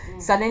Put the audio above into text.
ya